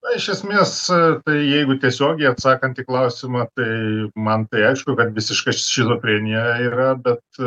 iš esmės e tai jeigu tiesiogiai atsakant į klausimą tai man tai aišku kad visiška šizofrenija yra bet